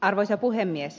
arvoisa puhemies